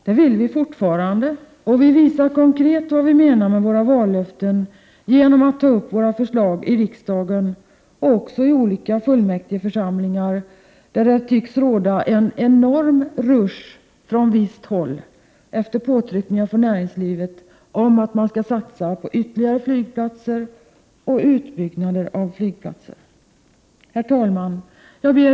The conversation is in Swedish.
Det vill vi fortfarande och vi visar konkret vad vi menar med våra vallöften genom att ta upp våra förslag i riksdagen och också i olika fullmäktigeförsamlingar, där det tycks råda en enorm rusch från visst håll efter påtryckningar från näringslivet om att man skall satsa på ytterligare flygplatser och utbyggnad av flygplatser. Herr talman!